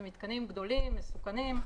אלה מתקנים גדולים, מסוכנים,